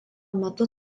metu